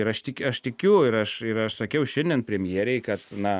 ir aš tik aš tikiu ir aš ir aš sakiau šiandien premjerei kad na